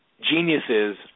Geniuses